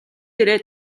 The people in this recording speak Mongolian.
дээрээ